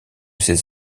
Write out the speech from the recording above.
ses